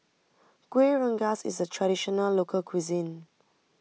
Kuih Rengas is a Traditional Local Cuisine